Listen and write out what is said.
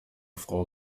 frau